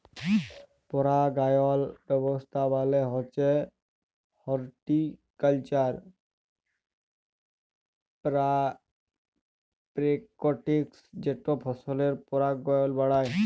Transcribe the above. পারাগায়ল ব্যাবস্থা মালে হছে হরটিকালচারাল প্যারেকটিস যেট ফসলের পারাগায়ল বাড়ায়